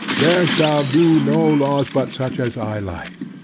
there shall be no laws but such as i like.